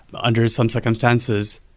but under some circumstances,